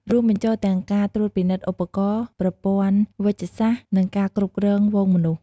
រួមបញ្ចូលទាំងការត្រួតពិនិត្យឧបករណ៍ ប្រព័ន្ធវេជ្ជសាស្ត្រ និងការគ្រប់គ្រងហ្វូងមនុស្ស។